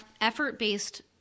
effort-based